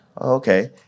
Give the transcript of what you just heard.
Okay